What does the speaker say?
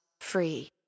free